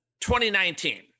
2019